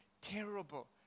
terrible